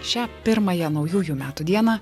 šią pirmąją naujųjų metų dieną